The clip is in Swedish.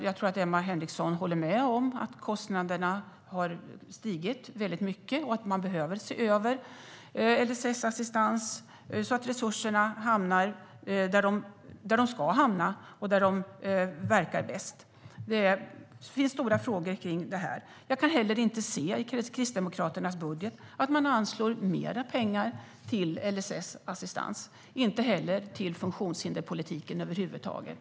Jag tror att Emma Henriksson håller med om att kostnaderna har stigit mycket och att man behöver se över LSS så att resurserna hamnar där de ska hamna och verkar bäst. Det finns stora frågor kring det här. Jag kan inte se i Kristdemokraternas budget att man anslår mer pengar till LSS eller till funktionshinderspolitiken över huvud taget.